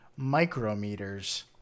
micrometers